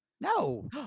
No